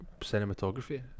cinematography